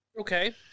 Okay